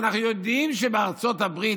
שאנחנו יודעים שבארצות הברית,